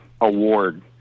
award